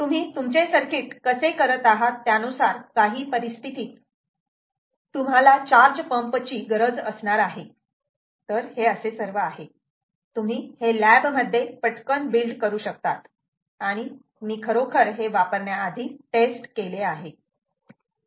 तुम्ही तुमचे सर्किट कसे करत आहात त्यानुसार काही परिस्थितीत तुम्हाला चार्ज पंप ची गरज असणार आहे तर हे असे सर्व आहे तुम्ही हे लॅब मध्ये पटकन बिल्ड करू शकतात आणि मी खरोखर हे वापरण्याआधी टेस्ट केले आहे